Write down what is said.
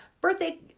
Birthday